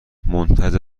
منتج